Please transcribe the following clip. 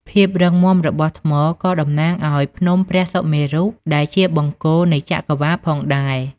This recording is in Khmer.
ភាពរឹងមាំរបស់ថ្មក៏តំណាងឲ្យ ភ្នំព្រះសុមេរុ ដែលជាបង្គោលនៃចក្រវាឡផងដែរ។